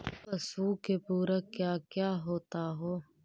पशु के पुरक क्या क्या होता हो?